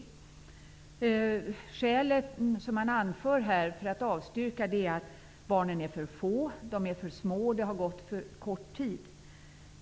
Det skäl man har anfört för att avstyrka motionerna är att barnen är för få och för små samt att det har gått för kort tid.